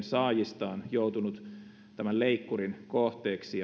saajista on joutunut tämän leikkurin kohteeksi